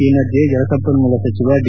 ಈ ಮಧ್ಯೆ ಜಲಸಂಪನ್ಮೂಲ ಸಚಿವ ಡಿ